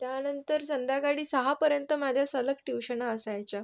त्यानंतर संध्याकाळी सहापर्यंत माझ्या सलग ट्यूशन असायच्या